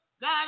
God